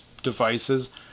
devices